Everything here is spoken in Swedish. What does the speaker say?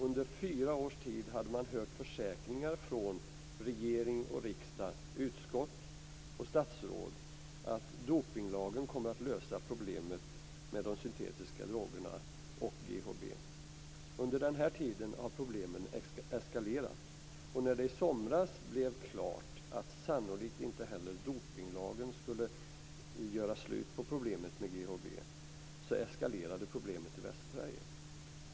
Under fyra års tid hade man hört försäkringar från regering, riksdag, utskott och statsråd att dopningslagen kommer att lösa problemet med de syntetiska drogerna och GHB. Under den här tiden har problemen eskalerat. När det i somras blev klart att sannolikt inte heller dopningslagen skulle göra slut på problemet med GHB eskalerade problemet i Västsverige.